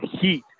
heat